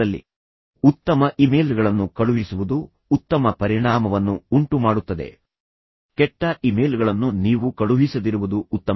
ಆದ್ದರಿಂದ ಇದು ಬಹಳ ಮುಖ್ಯ ಏಕೆಂದರೆ ಉತ್ತಮ ಇಮೇಲ್ಗಳನ್ನು ಕಳುಹಿಸುವುದು ಉತ್ತಮ ಪರಿಣಾಮವನ್ನು ಉಂಟುಮಾಡುತ್ತದೆ ಆದರೆ ನಂತರ ಕೆಟ್ಟ ಇಮೇಲ್ಗಳನ್ನು ಕಳುಹಿಸುವುದು ನೀವು ಅವುಗಳನ್ನು ಕಳುಹಿಸದಿರುವುದು ಉತ್ತಮ